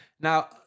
Now